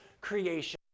creation